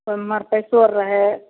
ओहिमे पैसो आर रहए